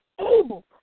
able